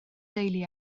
deulu